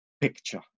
picture